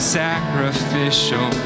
sacrificial